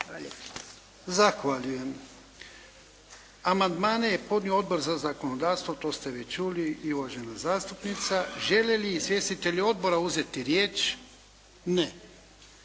Zahvaljujem. Amandmane je podnio Odbor za zakonodavstvo, to se već čuli i uvažena zastupnica. Žele li izvjestitelji odbora uzeti riječ? Ne.